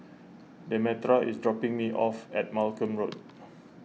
Demetra is dropping me off at Malcolm Road